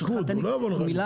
הוא לא יבוא אליך עם זה.